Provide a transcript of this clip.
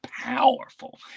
powerful